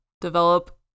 develop